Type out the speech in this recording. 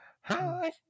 hi